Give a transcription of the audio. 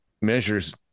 measures